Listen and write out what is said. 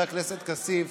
חבר הכנסת כסיף,